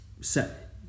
set